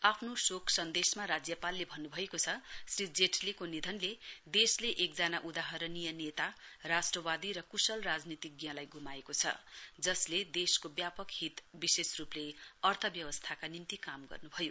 आफ्नो शोक सन्देशमा राज्यपालले भन्नुभएको छ श्री जेट्लीको निधनले देशले एकजना उदाहरणीय नेता राष्ट्रवादी र कुशल राजनीतिज्ञलाई गुमाएको छ जसले देशको व्यापक हित विशेष रूपले आर्थव्यवस्थाका निम्ति काम गर्नुभयो